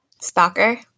stalker